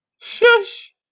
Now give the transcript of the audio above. Shush